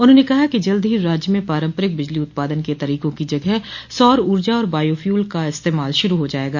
उन्होंने कहा कि जल्द ही राज्य में पारम्परिक बिजली उत्पादन के तरीकों की जगह सौर ऊर्जा और वायोफ्यूल का इस्तेमाल शुरू हो जायेगा